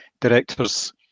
directors